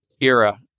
era